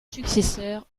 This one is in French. successeur